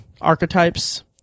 archetypes